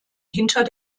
hinter